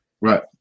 Right